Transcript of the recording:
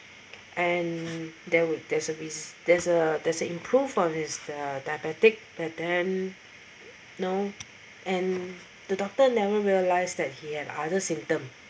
and there with there's there's a there's a improve on his the diabetic but then you know and the doctor never realised that he had other symptoms